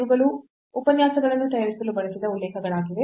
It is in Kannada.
ಇವುಗಳು ಉಪನ್ಯಾಸಗಳನ್ನು ತಯಾರಿಸಲು ಬಳಸಲಾದ ಉಲ್ಲೇಖಗಳಾಗಿವೆ